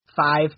five